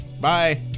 Bye